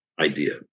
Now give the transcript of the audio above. idea